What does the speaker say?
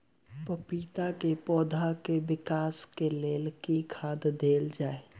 पपीता केँ पौधा केँ विकास केँ लेल केँ खाद देल जाए?